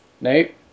Nate